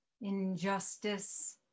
injustice